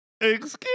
Excuse